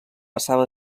passava